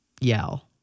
yell